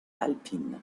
alpine